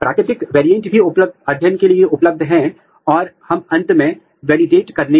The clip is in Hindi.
आर एन ए इंस्टीट्यूशन करण का पहला चरण टिशू प्रिपरेशन है